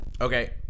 okay